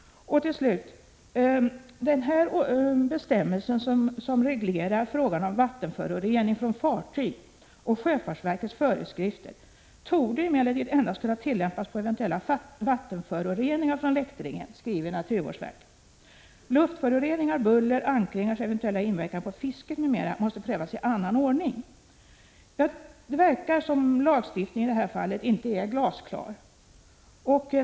Till slut: ”Bestämmelsen --- om åtgärder mot vattenförorening från fartyg och sjöfartsverkets föreskrifter torde emellertid endast kunna tillämpas på eventuella vattenföroreningar från läktringen”, skriver naturvårdsverket. ”Luftföroreningar, buller, ankringars ev inverkan på fisket mm måste prövas i annan ordning.” Det verkar som om lagstiftningen i det här fallet inte är glasklar.